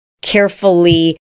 carefully